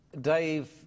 dave